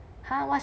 !huh! what